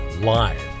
live